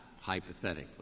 hypothetically